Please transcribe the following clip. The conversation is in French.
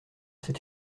c’est